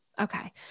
Okay